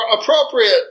appropriate